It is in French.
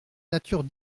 nature